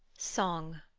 song